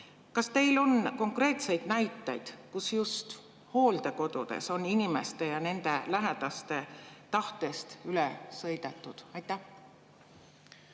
Kas teil on konkreetseid näiteid, kus on just hooldekodudes inimeste ja nende lähedaste tahtest üle sõidetud? Austatud